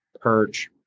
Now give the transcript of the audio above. perch